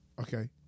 Okay